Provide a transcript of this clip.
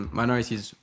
minorities